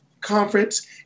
conference